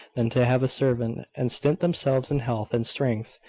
than to have a servant, and stint themselves in health and strength.